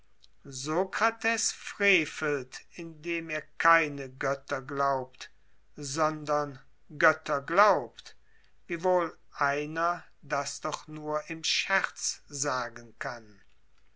sokrates frevelt indem er keine götter glaubt sondern götter glaubt wiewohl einer das doch nur im scherz sagen kann